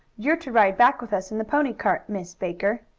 you're to ride back with us in the pony cart, miss baker.